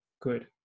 good